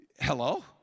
Hello